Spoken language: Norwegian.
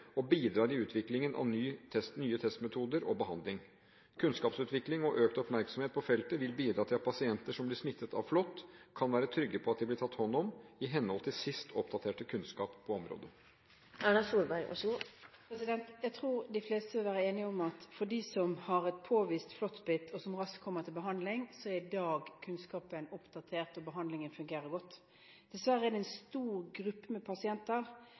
i utviklingen av nye testmetoder og behandling. Kunnskapsutveksling og økt oppmerksomhet på feltet vil bidra til at pasienter som blir smittet av flått, kan være trygge på at de blir tatt hånd om i henhold til sist oppdaterte kunnskap på området. Jeg tror de fleste vil være enige om at for dem som har et påvist flåttbitt, og som raskt kommer til behandling, er kunnskapen i dag oppdatert, og behandlingen fungerer godt. Men så er det en stor gruppe med pasienter